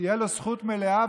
תהיה לו זכות מלאה,